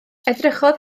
edrychodd